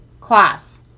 class